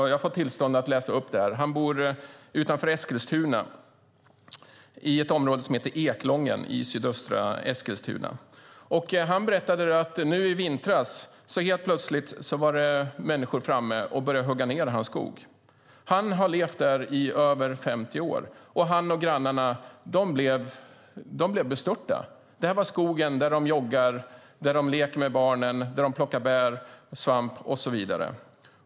Jag har fått tillstånd att läsa upp det. Han bor i ett område som heter Eklången utanför Eskilstuna. I vintras kom det plötsligt människor och började hugga ned skogen där han bor. Han har levt där i över 50 år, och han och grannarna blev bestörta. Det var skogen där de joggat, lekt med barnen, plockat bär och svamp och så vidare.